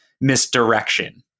misdirection